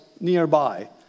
nearby